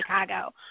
Chicago